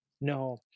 no